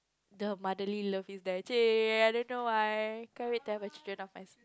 the motherly love is there !chey! I don't know why can't wait to have a children of my